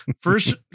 first